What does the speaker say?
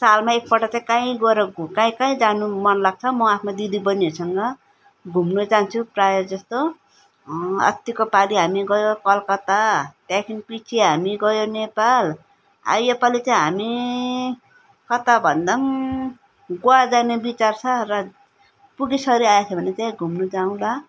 सालमा एकपल्ट चाहिँ कहीँ गोएर घु कहीँ कहीँ जानु मन लाग्छ म आफ्नो दिदी बहिनीहरूसँग घुम्न जान्छु प्रायः जस्तो अस्तिको पाली हामी गयो कलकत्ता त्यहाँदेखि पिच्छे हामी गयो नेपाल योपालि चाहिँ हामी कता भन्दा पनि गोवा जाने बिचार छ र पुगीसरी आएछ भने चाहिँ घुम्न जाउँला